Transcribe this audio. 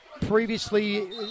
previously